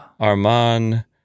Arman